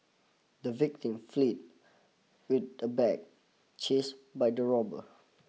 the victim fleed with the bag chased by the robbers